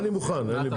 אני מוכן, אין לי בעיה.